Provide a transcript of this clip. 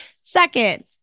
second